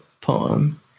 poem